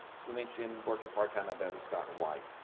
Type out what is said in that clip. we mentioned working part time at baylor scott and white